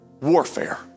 warfare